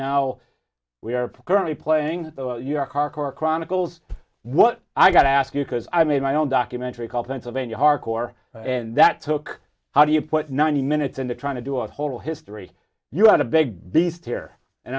now we are currently playing your car car chronicles what i got to ask you because i made my own documentary called pennsylvania hardcore and that took how do you put ninety minutes into trying to do a whole history you had a big beast here and